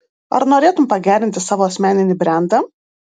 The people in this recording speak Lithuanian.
ar norėtum pagerinti savo asmeninį brendą